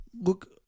Look